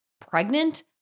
Pregnant